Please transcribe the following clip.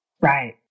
Right